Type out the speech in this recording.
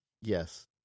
Yes